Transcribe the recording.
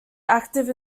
active